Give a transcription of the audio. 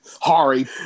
Hari